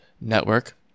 network